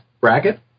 bracket